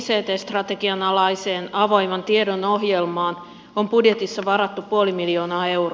valtion ict strategian alaiseen avoimen tiedon ohjelmaan on budjetissa varattu puoli miljoonaa euroa